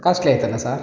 costly ಆಯಿತಲ್ಲ sir